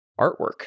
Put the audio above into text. artwork